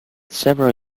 several